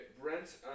Brent